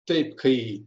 taip kai